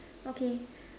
okay